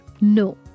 No